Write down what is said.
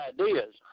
ideas